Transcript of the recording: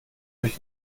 durch